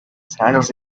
escenarios